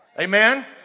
Amen